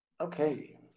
Okay